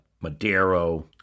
Madero